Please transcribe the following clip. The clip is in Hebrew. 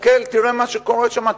תסתכל מה שקורה שם,